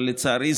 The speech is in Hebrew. אבל לצערי,